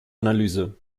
analyse